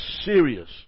serious